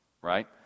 right